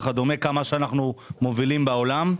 וציינתי כמה אנחנו מובילים בעולם.